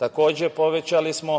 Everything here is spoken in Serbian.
Takođe, povećali smo